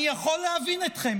אני יכול להבין אתכם.